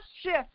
shift